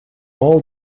all